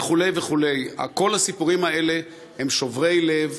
וכו' וכו' כל הסיפורים האלה הם שוברי לב.